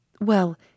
Well